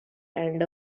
and